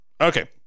Okay